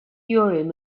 urim